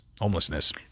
homelessness